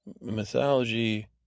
mythology